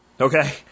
Okay